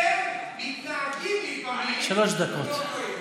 אתם מתנהגים לפעמים, שלוש דקות.